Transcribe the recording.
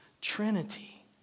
Trinity